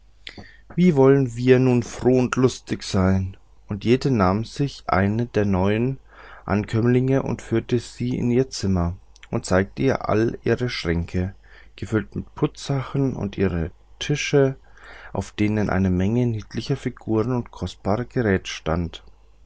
wie wollen wir nun froh und lustig sein und jede nahm sich eine der neuen ankömmlinge und führte sie in ihr zimmer und zeigte ihr alle ihre schränke gefüllt mit putzsachen und ihre tische auf denen eine menge niedlicher figuren und kostbaren gerätes stand